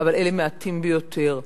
אבל אלה מעטים ביותר.